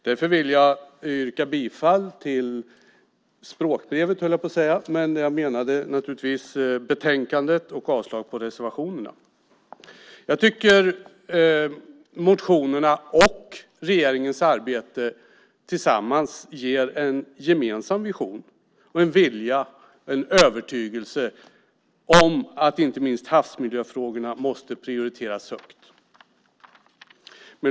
Därför vill jag yrka bifall till utskottets förslag i betänkandet och avslag på reservationerna. Jag tycker att motionerna och regeringens arbete tillsammans ger en gemensam vision. Det finns en vilja och en övertygelse om att inte minst havsmiljöfrågorna måste prioriteras högt.